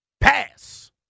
Pass